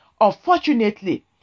Unfortunately